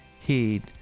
heed